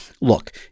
look